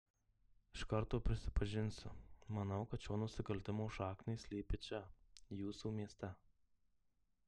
iš karto prisipažinsiu manau kad šio nusikaltimo šaknys slypi čia jūsų mieste